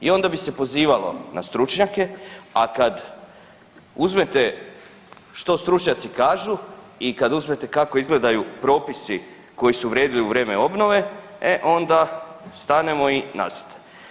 I onda bi se pozivalo na stručnjake, a kad uzmete što stručnjaci kažu i kad uzmete kako izgledaju propisi koji su vrijedili u vrijeme obnove, e onda stanemo i nazad.